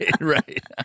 right